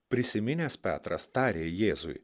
prisiminęs petras tarė jėzui